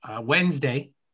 Wednesday